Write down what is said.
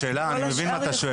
אני מבין מה אתה שואל.